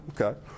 Okay